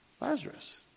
Lazarus